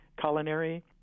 culinary